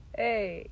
hey